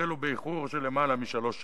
החלו באיחור של למעלה משלוש שנים.